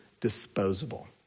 disposable